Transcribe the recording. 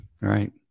right